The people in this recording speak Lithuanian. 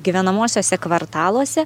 gyvenamuosiuose kvartaluose